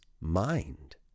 mind